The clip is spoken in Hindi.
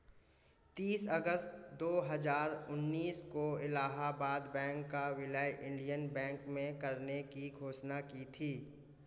तीस अगस्त दो हजार उन्नीस को इलाहबाद बैंक का विलय इंडियन बैंक में करने की घोषणा की थी